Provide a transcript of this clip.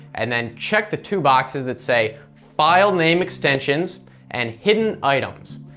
and then check the two boxes that say file name extensions and hidden items.